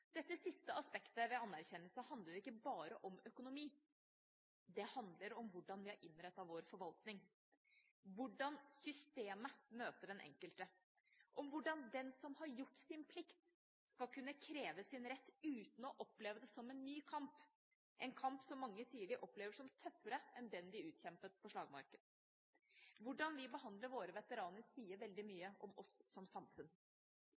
Dette siste aspektet ved anerkjennelse handler ikke bare om økonomi. Det handler om hvordan vi har innrettet vår forvaltning, om hvordan systemet møter den enkelte, om hvordan den som har gjort sin plikt, skal kunne kreve sin rett uten å oppleve det som en ny kamp – en kamp som mange sier de opplever som tøffere enn den de utkjempet på slagmarken. Hvordan vi behandler våre veteraner, sier veldig mye om oss som samfunn.